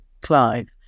Clive